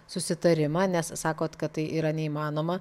susitarimą nes sakot kad tai yra neįmanoma